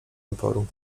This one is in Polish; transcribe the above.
oporu